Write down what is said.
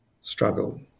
struggle